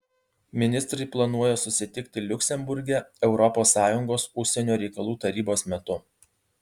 ministrai planuoja susitikti liuksemburge europos sąjungos užsienio reikalų tarybos metu